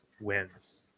wins